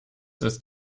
ist